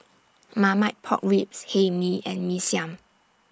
Marmite Pork Ribs Hae Mee and Mee Siam